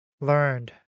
learned